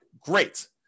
great